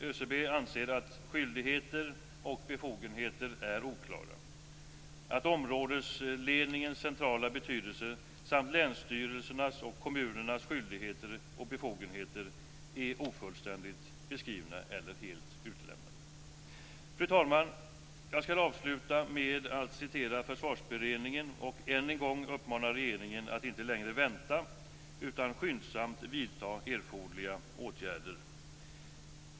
ÖCB anser att skyldigheter och befogenheter är oklara och att områdesledningens centrala betydelse samt länsstyrelsernas och kommunernas skyldigheter och befogenheter är ofullständigt beskrivna eller helt utelämnade. Fru talman! Jag skall avsluta med att citera Försvarsberedningen och än en gång uppmana regeringen att inte längre vänta utan skyndsamt vidta erforderliga åtgärder.